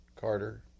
Carter